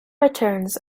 returns